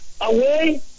away